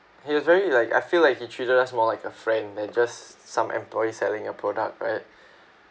he is very like I feel like he treated us more like a friend than just some employee selling a product right